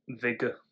Vigor